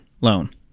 loan